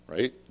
Right